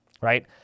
right